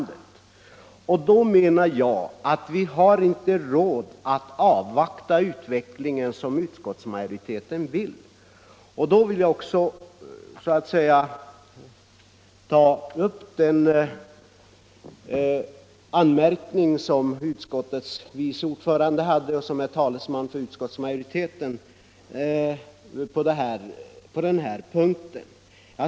Då anser jag att vi inte har råd att avvakta utvecklingen, såsom utskottsmajoriteten vill att vi skall göra. Jag vill här ta upp den kritik utskottets vice ordförande anförde som utskottsmajoritetens talesman på den här punkten.